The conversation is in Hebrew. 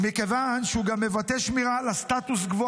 ומכיוון שהוא גם מבטא שמירה על הסטטוס-קוו